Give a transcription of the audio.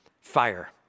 fire